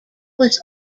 was